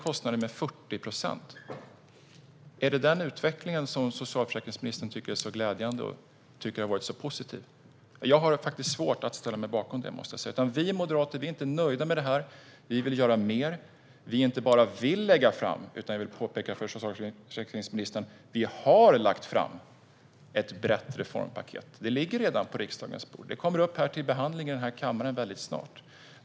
Är det den utveckling som socialförsäkringsministern tycker är glädjande och har varit positiv? Jag har svårt att ställa mig bakom det. Vi moderater är inte nöjda med det här. Vi vill göra mer. Vi inte bara vill lägga fram ett brett reformpaket, utan jag vill påpeka för socialförsäkringsministern att vi har lagt fram ett sådant. Det ligger redan på riksdagens bord. Det kommer att komma upp till behandling i den här kammaren väldigt snart.